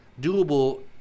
doable